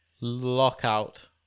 Lockout